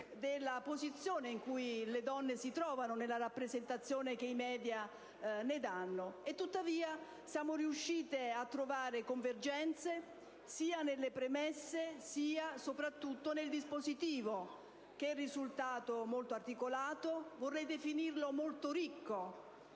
della posizione in cui le donne si trovano nella rappresentazione che i *media* ne danno: tuttavia, siamo riuscite a trovare convergenze, sia nelle premesse che soprattutto nel dispositivo, che è risultato molto articolato e molto ricco.